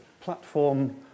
platform